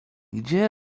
gdzie